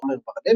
עמר בר-לב,